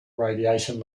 radiation